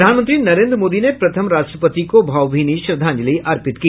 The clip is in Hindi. प्रधानमंत्री नरेन्द्र मोदी ने प्रथम राष्ट्रपति को भावभीनी श्रद्धांजलि अर्पित की